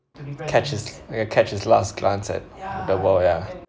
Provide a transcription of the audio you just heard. catch his catch his last glance at the world ya